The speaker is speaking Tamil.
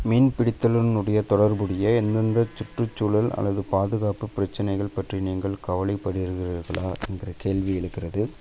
மீன் பிடித்தலினுடைய தொடர்புடைய எந்தெந்த சுற்றுச்சூழல் அல்லது பாதுகாப்புப் பிரச்சினைகள் பற்றி நீங்கள் கவலைப்படுகிறீர்களா என்ற கேள்வி எழுகிறது